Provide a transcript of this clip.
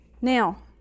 Now